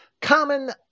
common